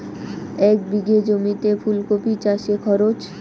এক বিঘে জমিতে ফুলকপি চাষে খরচ?